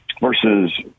versus